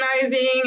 organizing